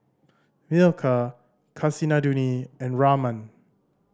Milkha Kasinadhuni and Raman